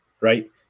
Right